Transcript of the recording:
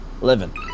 Living